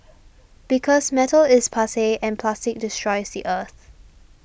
because metal is passe and plastic destroys the earth